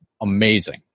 amazing